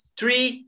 three